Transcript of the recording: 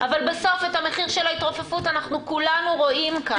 אבל בסוף את המחיר של ההתרופפות כולנו רואים כאן.